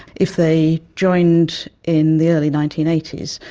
if they joined in the early nineteen eighty s,